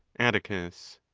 atticus.